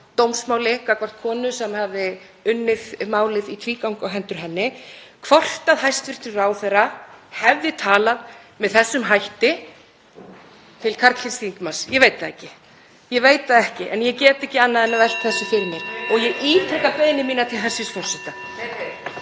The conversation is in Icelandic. dómsmáli gagnvart konu sem unnið hafði málið í tvígang á hendur henni, hvort hæstv. ráðherra hefði talað með þessum hætti til karlkyns þingmanns. Ég veit það ekki. Ég veit það ekki, en ég get ekki annað en velt þessu fyrir mér og ég ítreka beiðni mína til hæstv. forseta.